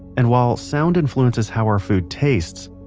and while sound influences how our food tastes,